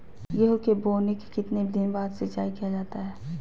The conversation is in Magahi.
गेंहू के बोने के कितने दिन बाद सिंचाई किया जाता है?